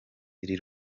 iri